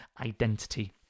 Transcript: identity